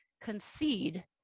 concede